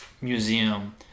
Museum